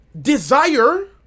desire